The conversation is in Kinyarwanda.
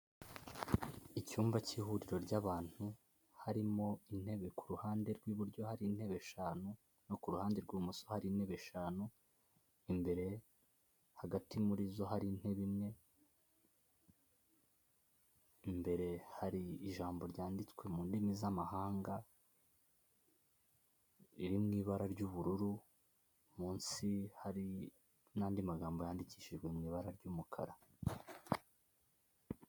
Icyumba k'ihuriro ry'abantu harimo intebe ku ruhande rw'iburyo hari intebe eshanu no ku ruhande rw'ibumoso hari eshanu, imbere hagati muri zo hari intebe imwe imbere hari ijambo ryanditswe mu ndimi z'amahanga riri mu ibara ry'ubururu munsi hari n'andi magambo yandikishijwe mu ibara ry'umukara.